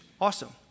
Awesome